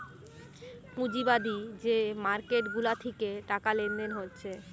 পুঁজিবাদী যে মার্কেট গুলা থিকে টাকা লেনদেন হচ্ছে